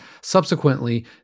Subsequently